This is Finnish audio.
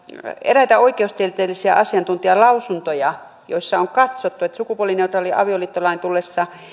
eräitä oikeustieteellisiä asiantuntijalausuntoja joissa on katsottu että sukupuolineutraalin avioliittolain tullessa